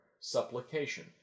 supplication